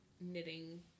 knitting